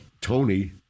Tony